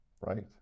Right